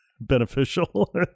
beneficial